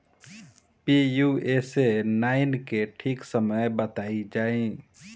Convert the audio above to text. Pusa nine के ठीक समय बताई जाई?